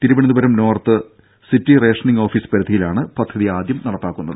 Thiruvananthapuram north city rationing office പരിധിയിലാണ് പദ്ധതി ആദ്യം നടപ്പാക്കുന്നത്